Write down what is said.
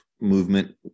movement